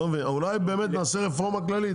אולי באמת נעשה רפורמה כללית.